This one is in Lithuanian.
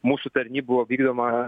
mūsų tarnybų vykdoma